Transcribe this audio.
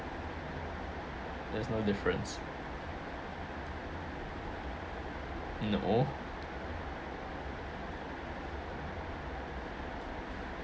there's no difference no